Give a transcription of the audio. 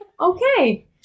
Okay